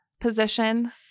position